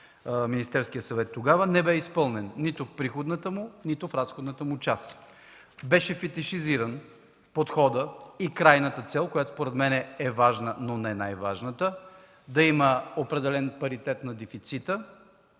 Министерски съвет, не бе изпълнен нито в приходната, нито в разходната му част. Беше фетишизиран подходът и крайната цел, която според мен е важна, но не най-важната – да има определен паритет на дефицита,